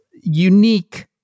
unique